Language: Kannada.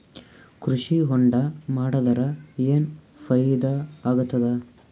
ಕೃಷಿ ಹೊಂಡಾ ಮಾಡದರ ಏನ್ ಫಾಯಿದಾ ಆಗತದ?